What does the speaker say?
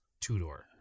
two-door